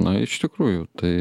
na iš tikrųjų tai